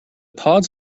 pods